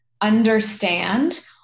understand